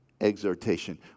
exhortation